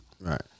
Right